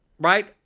right